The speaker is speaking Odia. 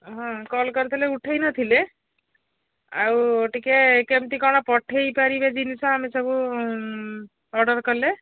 ହଁ କଲ୍ କରିଥିଲେ ଉଠେଇନଥିଲେ ଆଉ ଟିକେ କେମିତି କ'ଣ ପଠେଇ ପାରିବେ ଜିନିଷ ଆମେ ସବୁ ଅର୍ଡ଼ର କଲେ